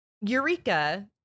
Eureka